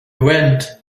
vent